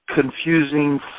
confusing